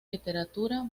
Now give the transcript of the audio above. literatura